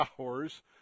hours